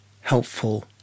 helpful